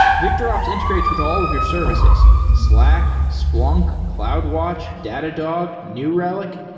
victorops integrates with all of your services slack, splunk, cloudwatch, datadog, new relic,